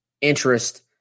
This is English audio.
interest